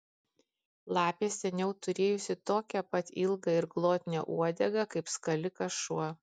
lapė seniau turėjusi tokią pat ilgą ir glotnią uodegą kaip skalikas šuo